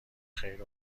خیر